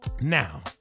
Now